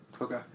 Okay